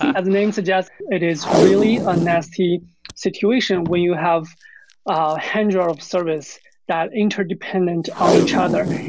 as the name suggests, it is really a nasty situation where you have a handler of service that interdependent on each other.